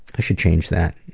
i should change that.